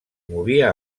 movia